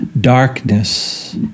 darkness